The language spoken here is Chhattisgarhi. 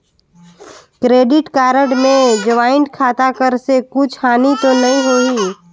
क्रेडिट कारड मे ज्वाइंट खाता कर से कुछ हानि तो नइ होही?